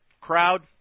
crowd